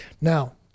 Now